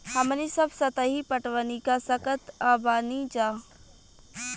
हमनी सब सतही पटवनी क सकतऽ बानी जा